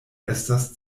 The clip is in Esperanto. estas